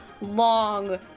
long